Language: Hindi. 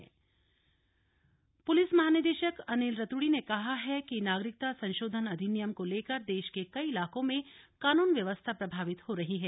पुलिस महानिदेशक पुलिस महानिदेशक अनिल रतूड़ी ने कहा है कि नागरिकता संशोधन अधिनियम को लेकर देश के कई इलाकों में कानून व्यवस्था प्रभावित हो रही है